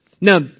Now